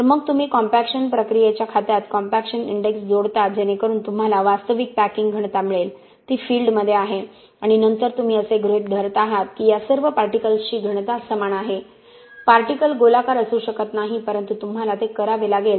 तर मग तुम्ही कॉम्पॅक्शन प्रक्रियेच्या खात्यात कॉम्पॅक्शन इंडेक्स जोडता जेणेकरुन तुम्हाला वास्तविक पॅकिंग घनता मिळेल ती फील्डमध्ये आहे आणि नंतर तुम्ही असे गृहीत धरत आहात की या सर्व पार्टिकल्स ची घनता समान आहे पार्टिकलगोलाकार असू शकत नाहीत परंतु तुम्हाला ते करावे लागेल